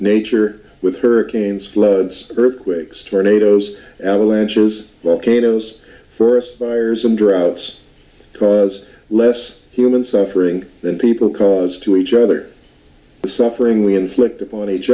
nature with hurricanes floods earthquakes tornadoes avalanches well cato's first fires and droughts cause less human suffering than people caused to each other the suffering we inflict upon each